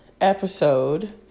episode